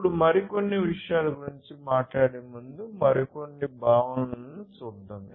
ఇప్పుడు మరికొన్ని విషయాల గురించి మాట్లాడేముందు మరికొన్ని భావనలను చూద్దాం